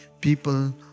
people